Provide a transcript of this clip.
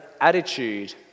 attitude